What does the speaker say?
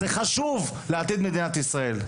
זה חשוב לעתיד מדינת ישראל.